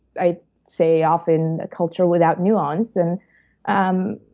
i'd say, often, a culture without nuance. and um